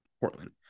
portland